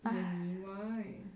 really why